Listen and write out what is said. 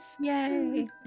Yay